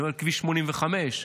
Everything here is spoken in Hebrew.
כביש 85,